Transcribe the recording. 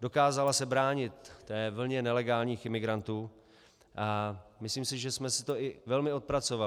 dokázala se bránit té vlně nelegálních imigrantů, a myslím si, že jsme si to i velmi odpracovali.